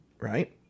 Right